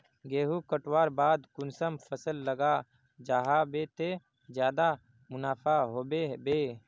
गेंहू कटवार बाद कुंसम फसल लगा जाहा बे ते ज्यादा मुनाफा होबे बे?